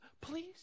Please